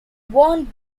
won